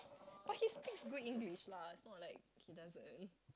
but he speaks good English lah it's not like he doesn't